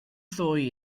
ddwy